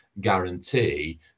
guarantee